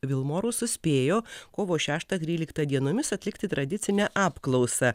vilmorus suspėjo kovo šeštą tryliktą dienomis atlikti tradicinę apklausą